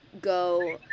go